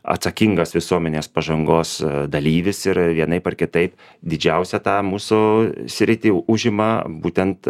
atsakingas visuomenės pažangos dalyvis ir vienaip ar kitaip didžiausią tą mūsų sritį užima būtent